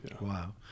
Wow